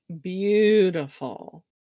beautiful